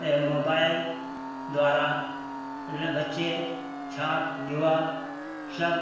ये मोबाइल द्वारा मतलब बच्चे छात्र युवा सब